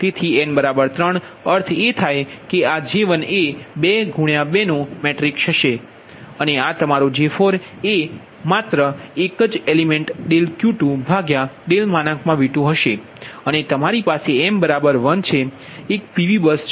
તેથી n 3 અર્થ એ થાય કે આ J1 એ 22 મેટ્રિક્સ હશે અને આ તમારો J4 એ માત્ર એક તત્વ Q2V2હશે અને તમારી પાસે m 1 છે એક PV બસ છે